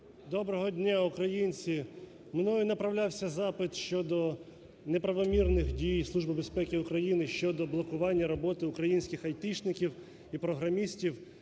Доброго дня, українці! Мною направлявся запит щодо неправомірних дій Служби безпеки України щодо блокування роботи українських айтішників і програмістів,